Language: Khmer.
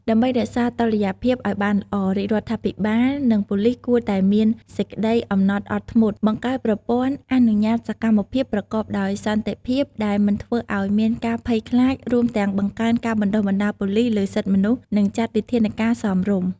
ដើម្បីរក្សាតុល្យភាពអោយបានល្អ រាជរដ្ឋាភិបាល និងប៉ូលិសគួរតែមានសេចក្ដីអំណត់អត់ធ្មត់ បង្កើតប្រព័ន្ធអនុញ្ញាតសកម្មភាពប្រកបដោយសន្តិភាពដែលមិនធ្វើអោយមានការភ័យខ្លាច រួមទាំងបង្កើនការបណ្តុះបណ្តាលប៉ូលិសលើសិទ្ធិមនុស្ស និងចាត់វិធានការសមរម្យ។